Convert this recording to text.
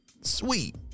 Sweet